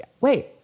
wait